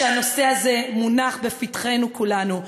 שהנושא הזה מונח לפתחנו כולנו,